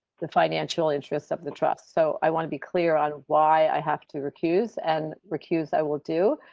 the financial interests of the trust so i want to be clear on why i have to refuse and recused. i will do.